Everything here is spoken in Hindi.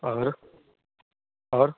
और और